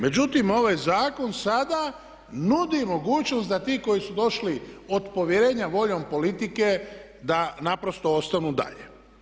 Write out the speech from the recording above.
Međutim, ovaj zakon sada nudi mogućnost da ti koji su došli od povjerenja voljom politike da naprosto ostanu dalje.